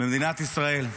במדינת ישראל.